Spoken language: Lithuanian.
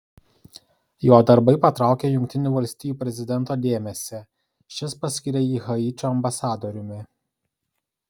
jo darbai patraukė jungtinių valstijų prezidento dėmesį šis paskyrė jį haičio ambasadoriumi